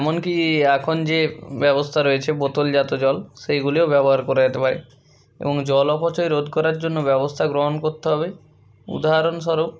এমন কি এখন যে ব্যবস্থা রয়েছে বোতলজাত জল সেইগুলিও ব্যবহার করা যেতে পারে এবং জল অপচয় রোধ করার জন্য ব্যবস্থা গ্রহণ করতে হবে উদাহরণস্বরূপ